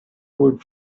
would